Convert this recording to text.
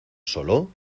solo